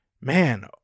Man